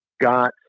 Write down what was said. got